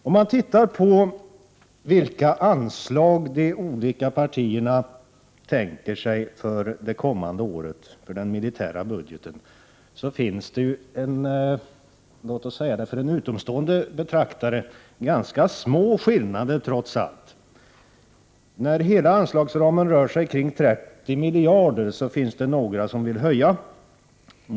Om man ser till vilka anslag för den militära budgeten de olika partierna tänker sig för det kommande året, finns det, för en utomstående betraktare, trots allt ganska små skillnader. Hela anslagsramen är på ca 30 miljarder. Det finns några partier som vill öka den.